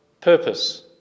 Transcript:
purpose